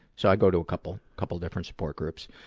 so i go to a couple, couple different support groups.